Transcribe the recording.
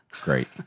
Great